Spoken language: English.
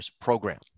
program